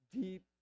deep